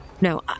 No